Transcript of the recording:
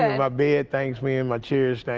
and my bed thanks me and my chairs